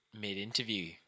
mid-interview